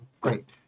Great